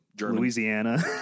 Louisiana